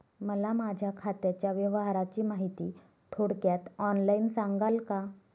मला माझ्या खात्याच्या व्यवहाराची माहिती थोडक्यात ऑनलाईन सांगाल का?